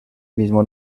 mismo